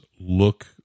look